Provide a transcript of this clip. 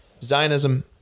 zionism